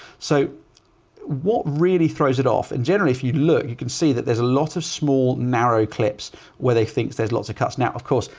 so what really throws it off and generally, if you look, you can see that there's a lot of small narrow clips where they think there's lots of cuts now, of course,